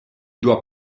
doit